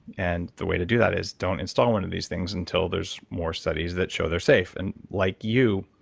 and the way to do that is don't install one of these things until there's more studies that show they're safe. and like you,